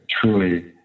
truly